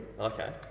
okay